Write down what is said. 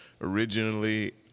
originally